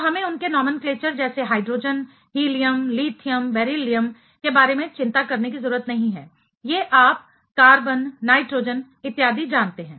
तो हमें उनके नोमेनक्लेचर जैसे हाइड्रोजन हीलियम लिथियम बेरिलियम के बारे में चिंता करने की ज़रूरत नहीं है ये आप कार्बन नाइट्रोजन इत्यादि जानते हैं